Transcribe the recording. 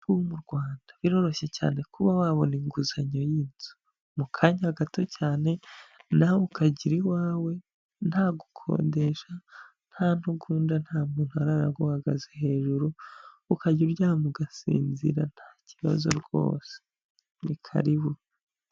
Ubu mu Rwanda biroroshye cyane kuba wabona inguzanyo y'inzu, mu kanya gato cyane nawe ukagira iwawe ntagukodesha, nta ntugunda, nta muntu arara aguhagaze hejuru, ukajya uryama ugasinzira nta kibazo rwose ni karibu.